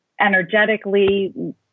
energetically